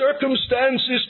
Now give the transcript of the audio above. circumstances